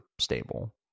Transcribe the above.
stable